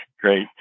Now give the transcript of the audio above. Great